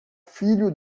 filho